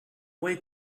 wait